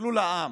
תסתכלו על העם,